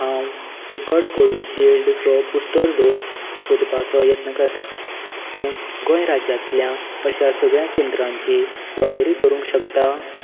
हांव फुकट कोविशिल्ड चो बुस्टर डोस सोदपाचो यत्न करतां तूं गोंय राज्यांतल्या अशा सगळ्यां केंद्रांची वळेरी करूंक शकता